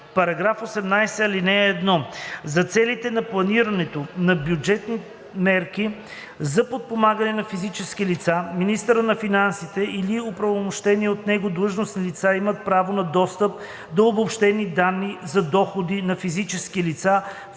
става § 18: „§ 18. (1) За целите на планирането на бюджетни мерки за подпомагане на физически лица министърът на финансите или оправомощени от него длъжностни лица имат право на достъп до обобщени данни за доходи на физически лица,